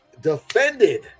defended